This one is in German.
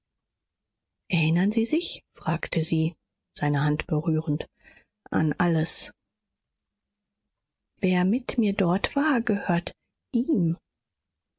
erinnern sie sich fragte sie seine hand berührend an alles wer mit mir dort war gehört ihm